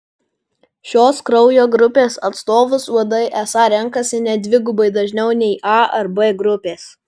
šios kraujo grupės atstovus uodai esą renkasi net dvigubai dažniau nei a ar b grupės